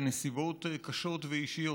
בנסיבות קשות ואישיות,